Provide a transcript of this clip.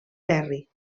terri